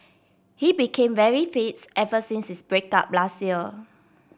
he became very fits ever since his break up last year